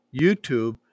YouTube